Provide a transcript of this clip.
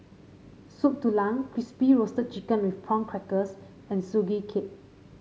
Soup Tulang Crispy Roasted Chicken with Prawn Crackers and Sugee Cake